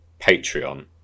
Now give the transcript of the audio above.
patreon